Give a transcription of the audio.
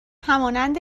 همانند